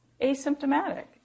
asymptomatic